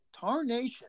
tarnation